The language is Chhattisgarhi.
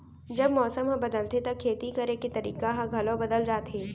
जब मौसम ह बदलथे त खेती करे के तरीका ह घलो बदल जथे?